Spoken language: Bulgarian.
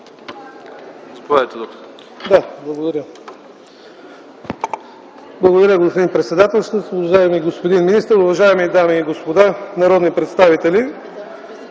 (ГЕРБ): Благодаря, господин председател. Уважаеми господин министър, уважаеми дами и господа народни представители!